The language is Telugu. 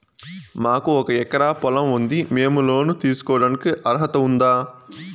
మాకు ఒక ఎకరా పొలం ఉంది మేము లోను తీసుకోడానికి అర్హత ఉందా